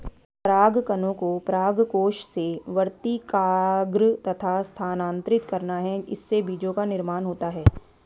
परागकणों को परागकोश से वर्तिकाग्र तक स्थानांतरित करना है, इससे बीजो का निर्माण होता है